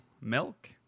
milk